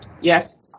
Yes